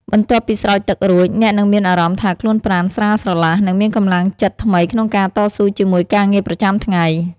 បន្ទាប់ពីស្រោចទឹករួច អ្នកនឹងមានអារម្មណ៍ថាខ្លួនប្រាណស្រាលស្រឡះ និងមានកម្លាំងចិត្តថ្មីក្នុងការតស៊ូជាមួយការងារប្រចាំថ្ងៃ។